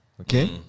Okay